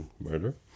murder